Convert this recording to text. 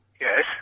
Yes